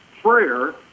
Prayer